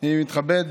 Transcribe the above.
אני מתכבד,